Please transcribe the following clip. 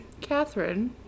Catherine